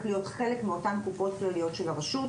להיות חלק מאותן קופות כלליות של הרשות,